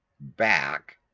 back